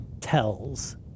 tells